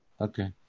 Okay